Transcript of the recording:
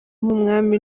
nk’umwami